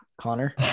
connor